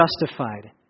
justified